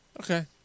Okay